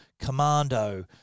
Commando